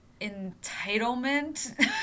entitlement